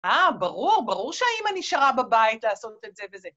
אה, ברור, ברור שהאימא נשארה בבית לעשות את זה וזה.